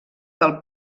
del